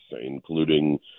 including